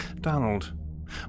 Donald